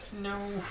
No